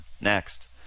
Next